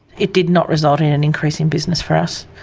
it did not result in an increase in business for us.